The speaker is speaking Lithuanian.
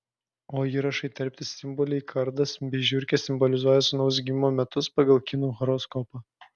o įraše įterpti simboliai kardas bei žiurkė simbolizuoja sūnaus gimimo metus pagal kinų horoskopą